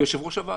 כיושב-ראש הוועדה.